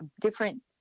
different